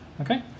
okay